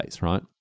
right